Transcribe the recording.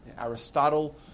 Aristotle